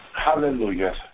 Hallelujah